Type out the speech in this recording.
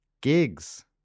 gigs